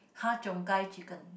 Ha-Cheong-Gai chicken